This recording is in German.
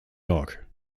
york